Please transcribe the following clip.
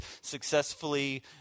successfully